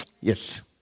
Yes